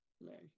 Mary